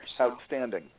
Outstanding